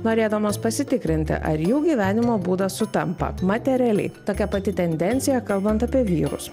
norėdamos pasitikrinti ar jų gyvenimo būdas sutampa materialiai tokia pati tendencija kalbant apie vyrus